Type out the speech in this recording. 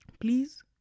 Please